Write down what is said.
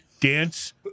dance